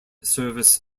service